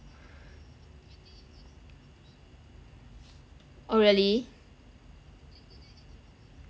oh really